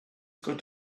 good